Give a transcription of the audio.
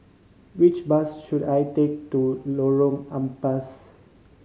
which bus should I take to Lorong Ampas